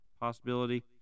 possibility